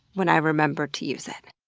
when i remember to use it.